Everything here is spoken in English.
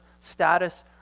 status